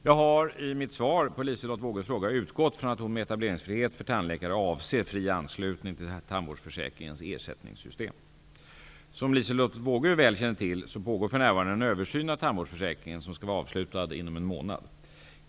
Jag har i mitt svar på Liselotte Wågös fråga utgått från att hon med etableringsfrihet för tandläkare avser fri anslutning till tandvårdsförsäkringens ersättningssystem. Som Liselotte Wågö väl känner till pågår för närvarande en översyn av tandvårdsförsäkringen som skall vara avslutad inom en månad.